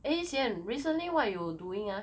eh yixian recently what you doing ah